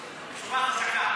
דקה.